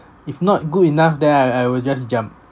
if not good enough then I I will just jump